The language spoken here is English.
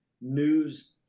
news